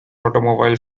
automobile